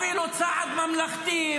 אפילו צעד ממלכתי,